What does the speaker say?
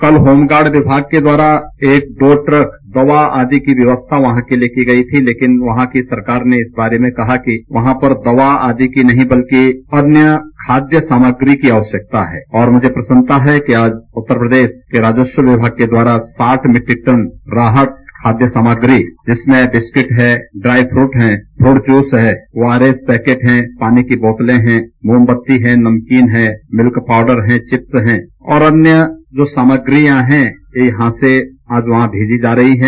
कल होमगार्ड विभाग के द्वारा एक दो ट्रक दवा आदि की व्यवस्था वहां के लिए की गई थी लेकिन वहां की सरकार ने इस बारे में कहा कि वहां पर दवा आदि की नहीं बल्कि अन्य खाद्य सामग्री की आवश्यकता है और मुझे प्रसन्नता है कि आज उत्तर प्रदेश के राजस्व विभाग के द्वारा साठ मीट्रिक टन राहत खाद्य सामग्री इसमें बिस्किट हैं ड्राई फ्ट हैं फूट जूस है पानी को बोतलें हैं मोमबत्ती हैं नमकीन है मिल्कपाउडर है चिप्स हैं और अन्य जो सामग्रियां हैं यहां से वहीं भेजी जा रही हैं